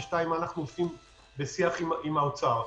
ומה אנחנו עושים בשיח עם האוצר.